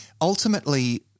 ultimately